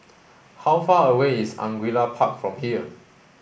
how far away is Angullia Park from here